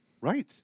Right